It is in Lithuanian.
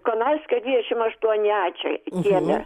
konarskio dvidešim aštuoni a čia kieme